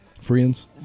friends